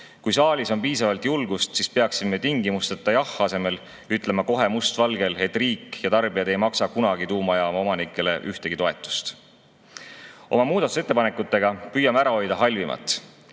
Kui saalis on piisavalt julgust, siis peaksime tingimusteta jah asemel ütlema kohe [selgelt], et riik ja tarbijad ei maksa kunagi tuumajaama omanikele ühtegi toetust. Oma muudatusettepanekutega püüame ära hoida halvimat.